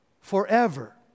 forever